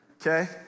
okay